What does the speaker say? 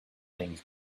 things